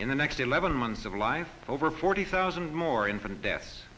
in the next eleven months of life over forty thousand more infant deaths